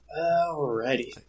Alrighty